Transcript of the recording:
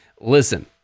listen